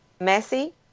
Messi